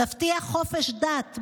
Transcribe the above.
תבטיח חופש דת,